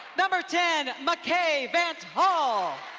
number ten, macay van't hul,